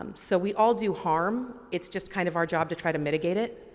um so, we all do harm. it's just kind of our job to try to mitigate it.